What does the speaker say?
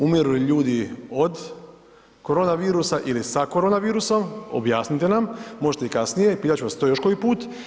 Umiru ljudi od koronavirusa ili sa koronavirusom, objasnite nam, možete i kasnije, pitat ću vas to još koji put.